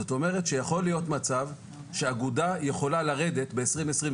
זאת אומרת שיכול להיות מצב שאגודה יכולה לרדת ב-2022,